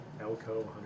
Elko